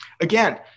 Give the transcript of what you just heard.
Again